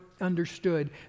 understood